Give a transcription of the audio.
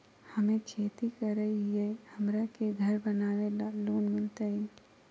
हमे खेती करई हियई, हमरा के घर बनावे ल लोन मिलतई?